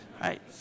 right